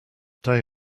day